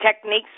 techniques